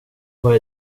vad